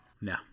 no